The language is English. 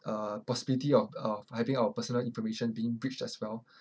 uh possibility of uh I think our personal information being breached as well